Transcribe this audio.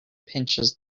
pinches